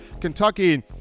Kentucky